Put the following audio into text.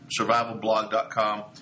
survivalblog.com